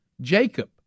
Jacob